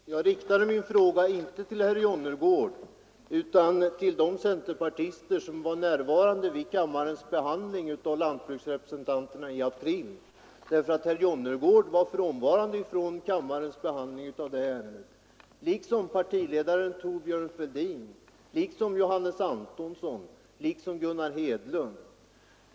Herr talman! Jag riktade min fråga inte till herr Jonnergård utan till de centerpartister som var närvarande i april vid riksdagsbehandlingen av frågan om lantbruksrepresentanterna. Herr Jonnergård var frånvarande vid riksdagens behandling av det ärendet liksom partiledaren Thorbjörn Fälldin, liksom Johannes Antonsson, liksom Gunnar Hedlund.